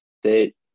state